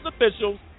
officials